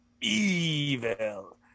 Evil